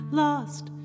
lost